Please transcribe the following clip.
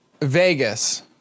Vegas